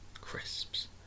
Crisps